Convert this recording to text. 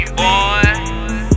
boy